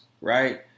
Right